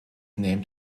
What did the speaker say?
named